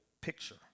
picture